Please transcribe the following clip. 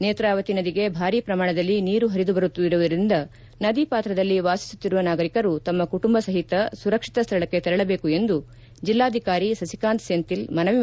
ನೇತ್ರಾವತಿ ನದಿಗೆ ಭಾರೀ ಪ್ರಮಾಣದಲ್ಲಿ ನೀರು ಹರಿದು ಬರುತ್ತಿರುವುದರಿಂದ ನದಿ ಪಾತ್ರದಲ್ಲಿ ವಾಸಿಸುತ್ತಿರುವ ನಾಗರಿಕರು ತಮ್ಮ ಕುಟುಂಬ ಸಹಿತ ಸುರಕ್ಷಿತ ಸ್ಥಳಕ್ಕೆ ತೆರಳಬೇಕು ಎಂದು ಜಿಲ್ಲಾಧಿಕಾರಿ ಸಸಿಕಾಂತ್ ಸೆಂಥಿಲ್ ಮನವಿ ಮಾಡಿದ್ದಾರೆ